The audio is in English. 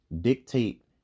dictate